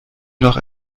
noch